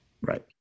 right